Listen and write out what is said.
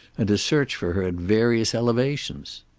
and to search for her at various elevations!